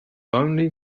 only